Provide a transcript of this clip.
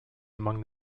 among